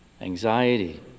anxiety